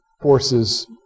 forces